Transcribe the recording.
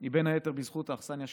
היא בין היתר בזכות האכסניה שנתת.